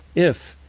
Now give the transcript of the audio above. if,